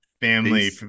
family